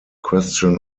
question